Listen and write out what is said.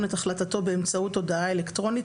את החלטתו באמצעות הודעה אלקטרונית,